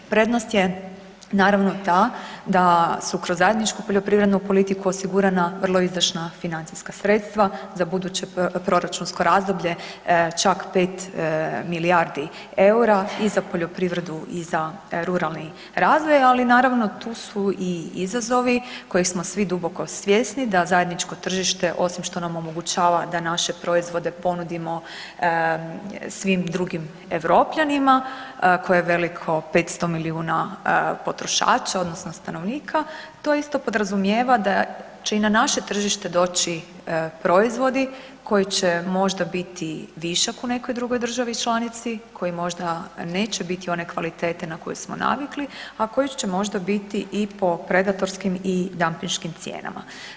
Prednost je naravno ta da su kroz zajedničku poljoprivrednu politiku osigurana vrlo izdašna financijska sredstava za buduće proračunsko razdoblje, čak 5 milijardi EUR-a i za poljoprivredu i za ruralni razvoj, ali naravno tu su i izazovi kojih smo svi duboko svjesni da zajedničko tržište osim što nam omogućava da naše proizvode ponudimo svim drugim Europljanima koje je veliko 500 milijuna potrošača odnosno stanovnika to isto podrazumijeva da će i na naše tržište doći proizvodi koji će možda biti višak u nekoj drugoj državi članici, koji možda neće biti one kvalitete na koju smo navikli, a kojih će možda i biti po predatorskim i po dampinškim cijenama.